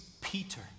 Peter